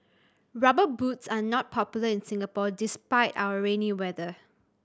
Rubber Boots are not popular in Singapore despite our rainy weather